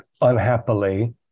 unhappily